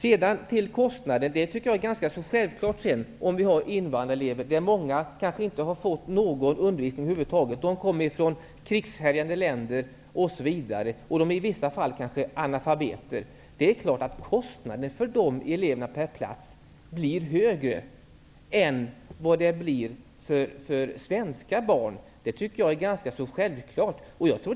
Det är självklart att det blir en kostnad när det är fråga om invandrarelever. Många kanske inte har fått någon undervisning över huvud taget. De kommer från krigshärjade länder osv., och de är i vissa fall analfabeter. Kostnaden per plats för de eleverna blir självfallet högre än för svenska barn. Det är ganska så självklart.